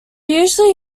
usually